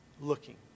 looking